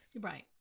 Right